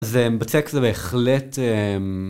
זה בצק זה בהחלט...